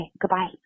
Goodbye